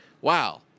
Wow